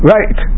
Right